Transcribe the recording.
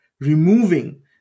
removing